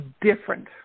different